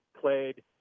played